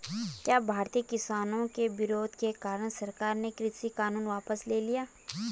क्या भारतीय किसानों के विरोध के कारण सरकार ने कृषि कानून वापस ले लिया?